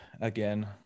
Again